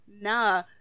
nah